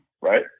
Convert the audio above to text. Right